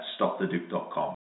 StopTheDuke.com